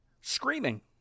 screaming